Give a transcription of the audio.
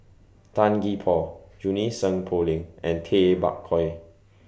Tan Gee Paw Junie Sng Poh Leng and Tay Bak Koi